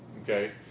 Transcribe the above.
okay